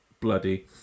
bloody